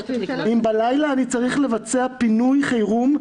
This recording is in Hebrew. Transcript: אם בלילה אני צריך לבצע פינוי חירום,